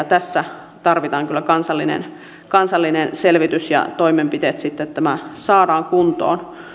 tässä tarvitaan kyllä kansallinen kansallinen selvitys ja toimenpiteet että tämä saadaan kuntoon